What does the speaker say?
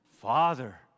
Father